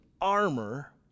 armor